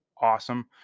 awesome